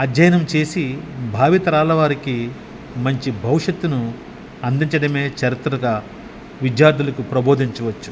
అధ్యయనం చేసి భావితరాల వారికి మంచి భవిష్యత్తును అందించడమే చరిత్రగా విద్యార్థులకు ప్రబోదించవచ్చు